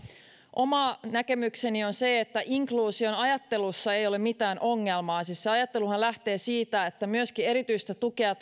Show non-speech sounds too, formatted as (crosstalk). oma näkemykseni on se että inkluusion ajattelussa ei ole mitään ongelmaa siis se ajatteluhan lähtee siitä että myöskin erityistä tukea (unintelligible)